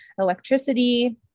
electricity